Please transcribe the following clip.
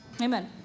Amen